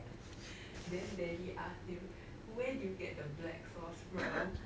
then daddy asked him where did you get the black sauce from